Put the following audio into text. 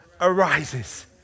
arises